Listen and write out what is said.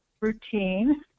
routine